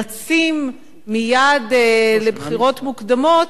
רצים מייד לבחירות מוקדמות,